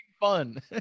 fun